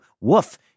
woof